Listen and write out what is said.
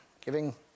giving